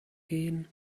gehen